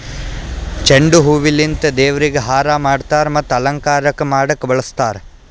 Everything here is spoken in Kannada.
ಚೆಂಡು ಹೂವಿಲಿಂತ್ ದೇವ್ರಿಗ್ ಹಾರಾ ಮಾಡ್ತರ್ ಮತ್ತ್ ಅಲಂಕಾರಕ್ಕ್ ಮಾಡಕ್ಕ್ ಬಳಸ್ತಾರ್